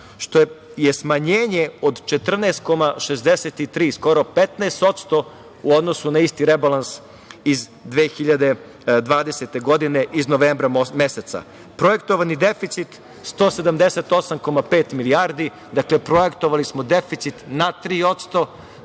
što je smanjenje od 14,63, skoro 15% u odnosu na isti rebalans iz 2020. godine iz novembra meseca. Projektovani deficit 178,5 milijardi, dakle projektovali smo deficit na 3%.